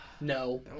No